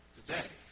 today